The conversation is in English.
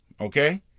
Okay